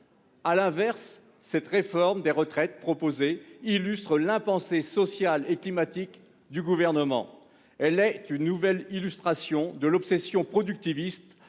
À l'inverse, la réforme des retraites proposée illustre l'impensé social et climatique du Gouvernement. Elle est une nouvelle illustration de l'obsession productiviste